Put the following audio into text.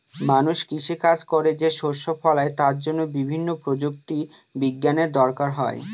মানুষ কৃষি কাজ করে যে শস্য ফলায় তার জন্য বিভিন্ন প্রযুক্তি বিজ্ঞানের দরকার হয়